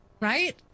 right